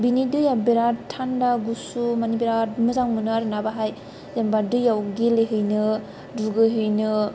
बेनि दैया थान्दा गुसु माने बिरात मोजां मोनो आरो ना बेहाय जेनेबा दैयाव गेलेहैनो दुगैहैनो